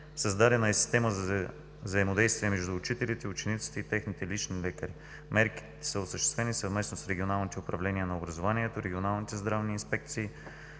създадена е система за взаимодействие между учителите, учениците и техните лични лекари. Мерките са осъществени съвместно с регионалните управления на образованието, регионалните здравни инспекции